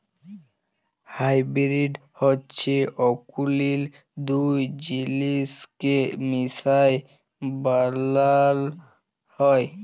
hybrid হছে অকুলীল দুট জিলিসকে মিশায় বালাল হ্যয়